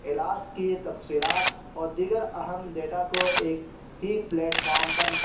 علاج کی تفصیلات اور دیگر اہم ڈیٹا کو ایک ہی پلیٹ فام پر